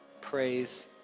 Praise